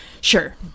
sure